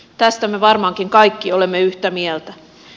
tästä me varmaankin kaikki olemme yhtä mieltä